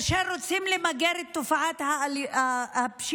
אם רוצים למגר את תופעת הפשיעה,